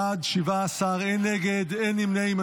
בעד, 17, אין נגד, ואין נמנעים.